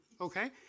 Okay